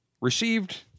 received